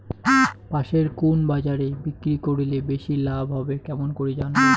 পাশের কুন বাজারে বিক্রি করিলে বেশি লাভ হবে কেমন করি জানবো?